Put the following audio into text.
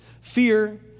fear